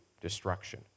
destruction